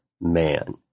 man